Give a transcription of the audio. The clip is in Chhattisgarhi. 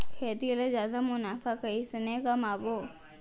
खेती ले जादा मुनाफा कइसने कमाबो?